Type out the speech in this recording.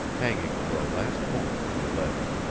hanging for a last moment to the ledge.